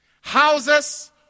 Houses